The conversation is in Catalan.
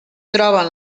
troben